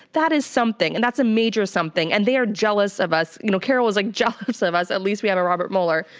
that is something, and that's a major something. and they are jealous of us. you know, carole was like, jealous of us, at least we have a robert mueller.